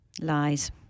lies